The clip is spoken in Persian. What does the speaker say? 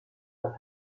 بحق